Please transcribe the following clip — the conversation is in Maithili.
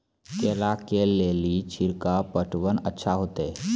केला के ले ली छिड़काव पटवन अच्छा होते?